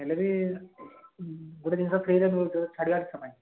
ହେଲେ ବି ଗୋଟିଏ ଜିନିଷ ଫ୍ରୀରେ ମିଳୁଛି ଛାଡ଼ିବା କଥା ନାହିଁ